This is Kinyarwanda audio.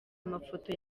mafoto